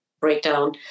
breakdown